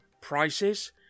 Prices